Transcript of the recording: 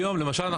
למשל,